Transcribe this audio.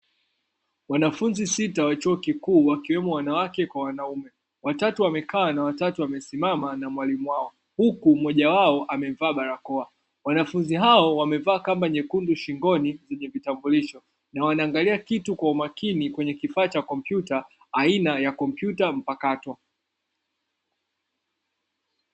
Wanafunzi sita wa chuo kikuu wakiwemo wanawake kwa wanaume. Watatu wamekaa na watatu wamesimama na mwalimu wao, huku mmoja wao amevaa barakoa. Wanafunzi hao wamevaa kamba nyekundu shingoni zenye vitambulisho, na wanaangalia kitu kwa umakini kwenye kifaa cha kompyuta aina ya kompyuta mpakato.